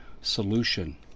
solution